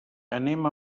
anem